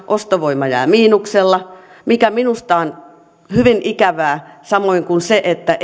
ostovoima jää miinukselle mikä minusta on hyvin ikävää samoin kuin se että